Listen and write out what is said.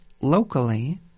locally